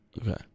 okay